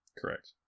correct